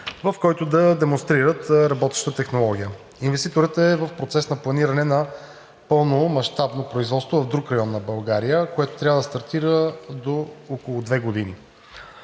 в който да демонстрират работеща технология. Инвеститорът е в процес на планиране на пълно мащабно производство в друг район на България, което трябва да стартира до около две години.